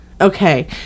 okay